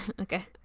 okay